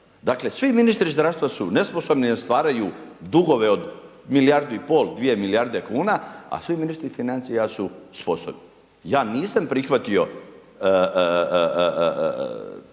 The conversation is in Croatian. Dakle, svi ministri zdravstva su nesposobni jer stvaraju dugove od milijardu i pol, dvije milijarde kuna a svi ministri financija su sposobni. ja nisam prihvatio